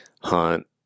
hunt